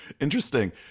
Interesting